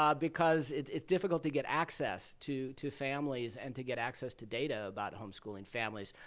um because it's difficult to get access to to families and to get access to data about home schooling families.